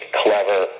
clever